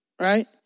right